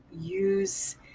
use